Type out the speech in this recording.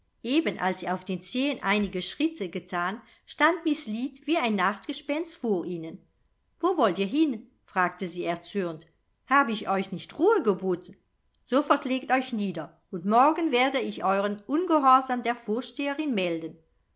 eben als sie auf den zehen einige schritte gethan stand miß lead wie ein nachtgespenst vor ihnen wo wollt ihr hin fragte sie erzürnt habe ich euch nicht ruhe geboten sofort legt euch nieder und morgen werde ich euren ungehorsam der vorsteherin melden